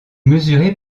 mesurée